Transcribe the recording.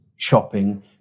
shopping